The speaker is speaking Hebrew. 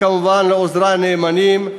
וכמובן עוזרי הנאמנים,